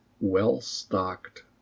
well-stocked